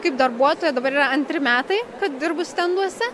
kaip darbuotoja dabar yra antri metai kad dirbu stenduose